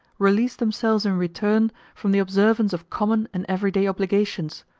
release themselves in return from the observance of common and every-day obligations,